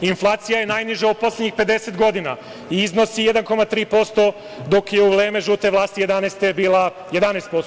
Inflacija je najniža u poslednjih 50 godina i iznosi 1,3%, dok je u vreme žute vlasti, 2011. godine, bila 11%